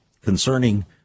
concerning